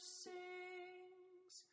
sings